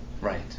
right